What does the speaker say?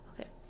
Okay